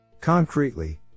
Concretely